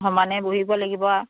সমানে বহিব লাগিব আৰু